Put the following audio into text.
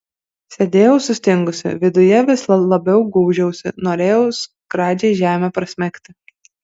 sėdėjau sustingusi viduje vis labiau gūžiausi norėjau skradžiai žemę prasmegti